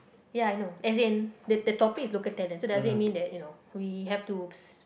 ya I know as in the the topic is local talent does it mean that you know we have to